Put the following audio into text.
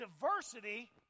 diversity